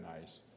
nice